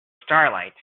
starlight